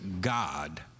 God